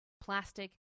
Plastic